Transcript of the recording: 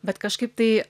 bet kažkaip tai